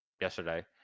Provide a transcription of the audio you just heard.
yesterday